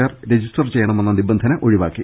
R register ചെയ്യണമെന്ന നിബന്ധന ഒഴിവാക്കി